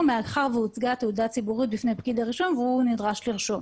מאחר שהוצגה תעודה ציבורית בפני פקיד הרישום והוא נדרש לרשום.